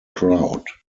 crowd